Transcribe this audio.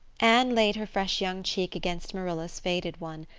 anne laid her fresh young cheek against marilla's faded one,